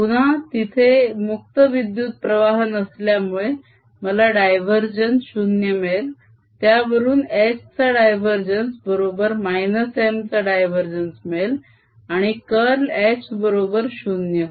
पुन्हा तिथे मुक्त विद्युत प्रवाह नसल्यामुळे मला डायवरजेन्स 0 मिळेल त्यावरून H चा डायवरजेन्स बरोबर - M चा डायवरजेन्स मिळेल आणि कर्ल H बरोबर 0 होय